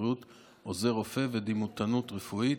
הבריאות עוזר רופא ודימותנות רפואית),